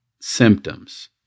symptoms